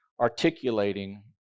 articulating